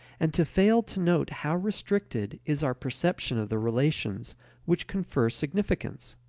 and to fail to note how restricted is our perception of the relations which confer significance.